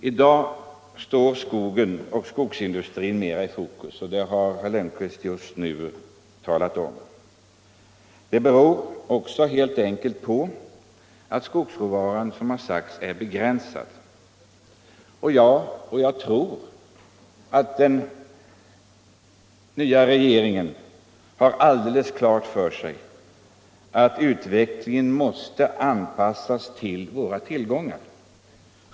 I dag står skogen och skogsindustrin mera i fokus, och det har herr Lundkvist talat om. Det beror, som det har sagts. på att skogsråvaran är begränsad. Jag tror att den nya regeringen har alldeles klart för sig att utvecklingen måste anpassas till våra tillgångar.